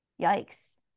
Yikes